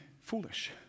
foolish